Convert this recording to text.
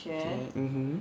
mmhmm